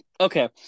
Okay